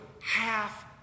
half